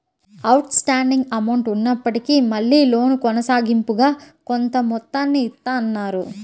out standing amount ఉన్నప్పటికీ మళ్ళీ loan కొనసాగింపుగా కొంత మొత్తాన్ని ఇత్తన్నారు